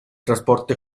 transporte